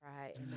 Right